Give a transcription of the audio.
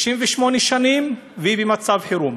68 שנים, היא במצב חירום?